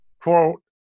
quote